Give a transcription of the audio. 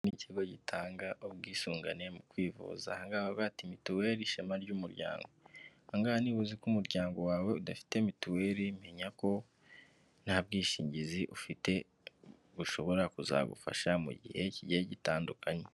Iki ni ikigo gitanga ubwisungane mu kwivuza. Aha ngaha baravuga ati: ''Mituweri ishema ry'umuryango.'' Aha ngaha niba uzi ko umuryango wawe udafite mituweri, menya ko nta bwishingizi ufite, bushobora kuzagufasha mu gihe kigiye gitandukanye.